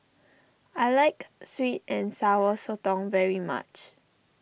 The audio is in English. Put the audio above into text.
I like Sweet and Sour Sotong very much